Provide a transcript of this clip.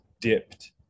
dipped